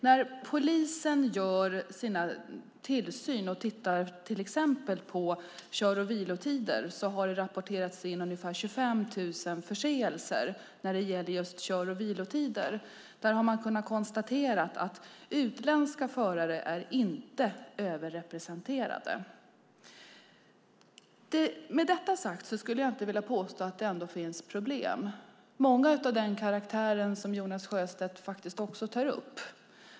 När polisen gjort sin tillsyn och till exempel tittat på kör och vilotider har det rapporterats in ungefär 25 000 förseelser när det gäller detta. Där har man kunnat konstatera att utländska förare inte är överrepresenterade. Med detta sagt skulle jag inte vilja påstå att det inte finns problem - många av den karaktär Jonas Sjöstedt tar upp.